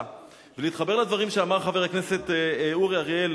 ולהתחבר לדברים שאמר חבר הכנסת אורי אריאל,